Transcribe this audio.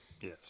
Yes